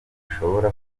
bishobora